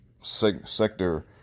sector